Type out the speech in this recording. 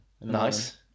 Nice